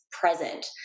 present